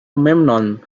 memnon